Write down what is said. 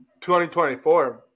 2024